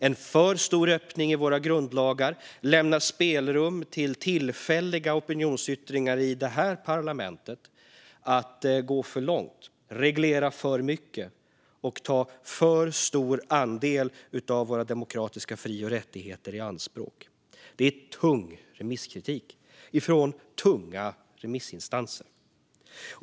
En för stor öppning i våra grundlagar lämnar spelrum för tillfälliga opinionsyttringar i detta parlament att gå för långt, reglera för mycket och ta för stor andel av våra demokratiska fri och rättigheter i anspråk. Det är tung remisskritik från tunga remissinstanser.